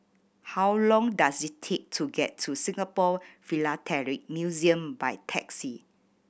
how long does it take to get to Singapore Philatelic Museum by taxi